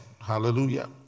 Hallelujah